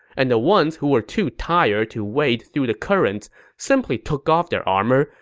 and the ones who were too tired to wade through the currents simply took off their armor,